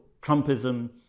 Trumpism